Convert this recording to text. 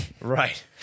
Right